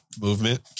movement